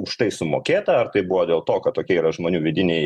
už tai sumokėta ar tai buvo dėl to kad tokie yra žmonių vidiniai